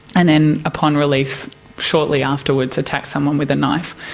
and then upon release shortly afterwards attack someone with a knife.